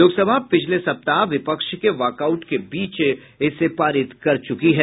लोकसभा पिछले सप्ताह विपक्ष के वॉकआउट के बीच इसे पारित कर चूकी है